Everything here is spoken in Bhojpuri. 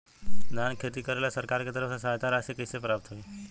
धान के खेती करेला सरकार के तरफ से सहायता राशि कइसे प्राप्त होइ?